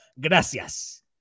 gracias